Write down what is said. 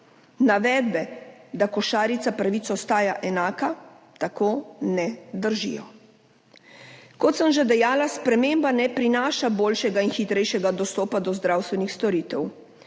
Navedbe, da košarica pravic ostaja enaka, tako ne držijo. Kot sem že dejala, sprememba ne prinaša boljšega in hitrejšega dostopa do zdravstvenih storitev.